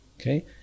Okay